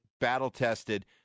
battle-tested